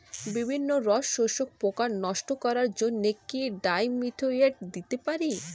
বিভিন্ন রস শোষক পোকা নষ্ট করার জন্য কি ডাইমিথোয়েট দিতে পারি?